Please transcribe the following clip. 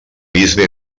bisbe